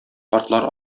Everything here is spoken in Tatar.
картлар